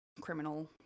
criminal